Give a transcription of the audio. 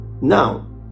now